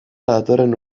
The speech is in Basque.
datorren